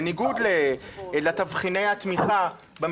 בניגוד לתבחיני התמיכה,